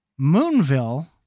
Moonville